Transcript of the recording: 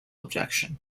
objection